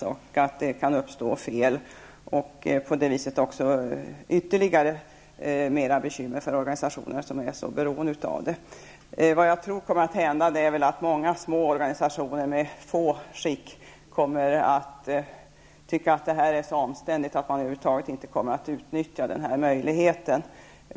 Den leder till att fel kan uppstå, och det blir ytterligare bekymmer för organisationerna, som är så beroende av detta. Jag tror att många små organisationer med få utskick kommer att tycka att detta är så omständligt att de över huvud taget inte kommer att utnyttja denna möjlighet.